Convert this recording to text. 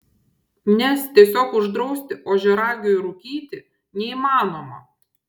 nes tiesiog uždrausti ožiaragiui rūkyti neįmanoma